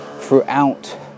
throughout